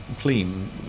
clean